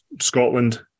Scotland